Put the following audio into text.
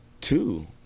two